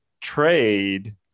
trade